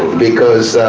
because